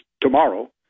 tomorrow